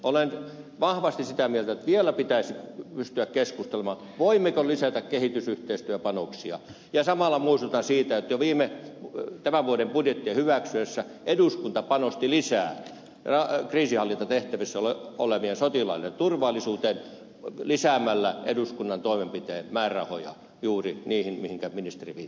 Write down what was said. olen vahvasti sitä mieltä että vielä pitäisi pystyä keskustelemaan voimmeko lisätä kehitysyhteistyöpanoksia ja samalla muistutan siitä että jo tämän vuoden budjettia hyväksyttäessä eduskunta panosti lisää kriisinhallintatehtävissä olevien sotilaiden turvallisuuteen lisäämällä eduskunnan toimenpitein määrärahoja juuri niihin mihinkä ministeri viittasi